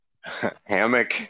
hammock